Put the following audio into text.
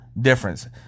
difference